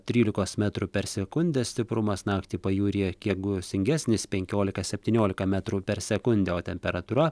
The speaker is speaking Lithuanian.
trylikos metrų per sekundę stiprumas naktį pajūryje kiek gūsingesnis penkiolika septyniolika metrų per sekundę o temperatūra